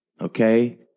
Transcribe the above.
okay